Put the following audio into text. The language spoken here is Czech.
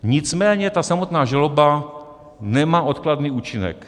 Nicméně samotná žaloba nemá odkladný účinek.